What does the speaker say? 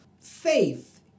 faith